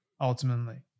ultimately